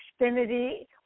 Xfinity